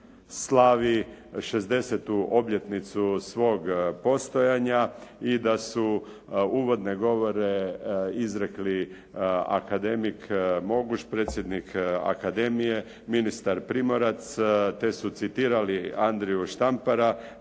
slavi 60. obljetnicu svog postojanja i da su uvodne govore izrekli akademik Moguš, predsjednik akademije, ministar Primorac te su citirali Andriju Štampara